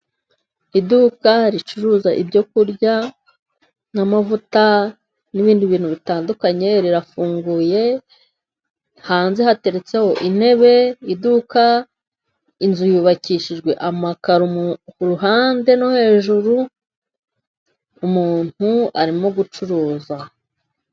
Iduka ricuruza ibyo kurya n'amavuta n'ibindi bintu bitandukanye, rirafunguye, hanze hateretseho intebe, iduka inzu yubakishijwe amakaro ku ruhande no hejuru, umuntu arimo gucuruza.